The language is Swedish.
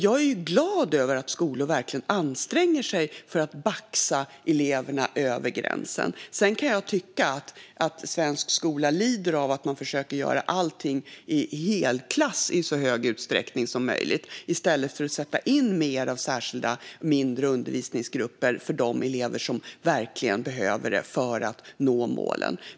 Jag är ju glad över att skolor verkligen anstränger sig för att baxa eleverna över gränsen. Jag tycker dock att svensk skola lider av att man försöker göra allting i helklass i så stor utsträckning som möjligt i stället för att ha särskilda mindre undervisningsgrupper för de elever som verkligen behöver det för att nå målen.